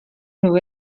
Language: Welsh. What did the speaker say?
nhw